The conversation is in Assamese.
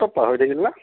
চব পাহৰি থাকিল নে